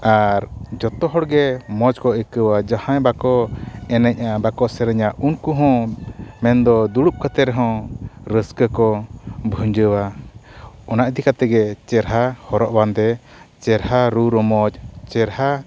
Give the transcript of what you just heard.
ᱟᱨ ᱡᱚᱛᱚ ᱦᱚᱲ ᱜᱮ ᱢᱚᱡᱽ ᱠᱚ ᱟᱹᱭᱠᱟᱹᱣᱟ ᱡᱟᱦᱟᱸᱭ ᱵᱟᱠᱚ ᱮᱱᱮᱡᱟ ᱵᱟᱠᱚ ᱥᱮᱨᱮᱧᱟ ᱩᱱᱠᱩ ᱦᱚᱸ ᱢᱮᱱᱫᱚ ᱫᱩᱲᱩᱵ ᱠᱟᱛᱮᱫ ᱨᱮ ᱦᱚᱸ ᱨᱟᱹᱥᱠᱟᱹ ᱠᱚ ᱵᱷᱟᱹᱡᱟᱹᱣᱟ ᱚᱱᱟ ᱤᱫᱤ ᱠᱟᱛᱮᱫ ᱜᱮ ᱪᱮᱨᱦᱟ ᱦᱚᱨᱚᱜ ᱵᱟᱸᱫᱮ ᱪᱮᱨᱦᱟ ᱨᱩ ᱨᱚᱢᱚᱡᱽ ᱪᱮᱨᱦᱟ